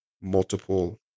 multiple